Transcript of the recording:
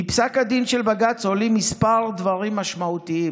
מפסק הדין של בג"ץ עולים כמה דברים משמעותיים.